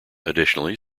additionally